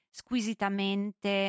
squisitamente